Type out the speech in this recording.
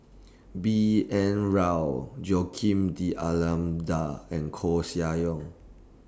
B N Rao Joaquim D'almeida and Koeh Sia Yong